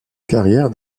carrière